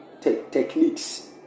techniques